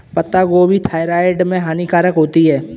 पत्ता गोभी थायराइड में हानिकारक होती है